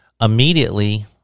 immediately